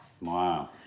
wow